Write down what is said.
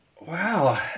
Wow